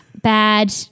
Bad